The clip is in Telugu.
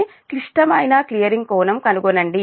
బి క్లిష్టమైన క్లియరింగ్ కోణం కనుగొనండి